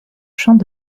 champs